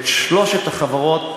את שלוש החברות החזקות,